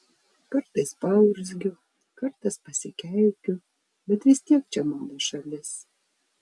kartais paurzgiu kartais pasikeikiu bet vis tiek čia mano šalis